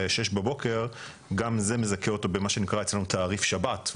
6:00 גם זה מזכה אותו במה שנקרא אצלנו תעריף שבת.